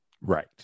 Right